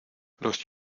los